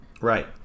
right